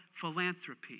philanthropy